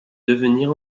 devenir